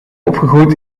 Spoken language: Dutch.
opgegroeid